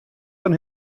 fan